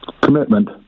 commitment